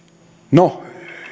no